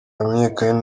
hamenyekane